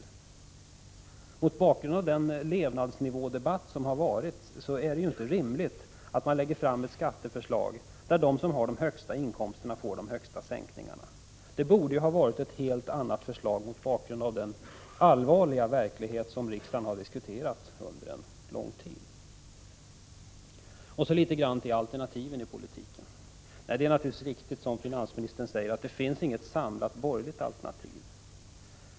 Mot bakgrund av den levnadsnivådebatt som har förts är det ju inte rimligt att lägga fram ett skatteförslag enligt vilket de som har de högsta inkomsterna får de största sänkningarna. Det borde ha varit ett helt annat förslag, mot bakgrund av den allvarliga verklighet som riksdagen har diskuterat under en lång tid. Så något om alternativen i politiken. Det är naturligtvis riktigt som finansministern säger: det finns inget samlat borgerligt alternativ.